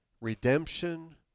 redemption